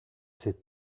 c’est